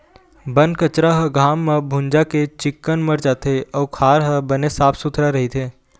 बन कचरा ह घाम म भूंजा के चिक्कन मर जाथे अउ खार ह बने साफ सुथरा रहिथे